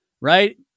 right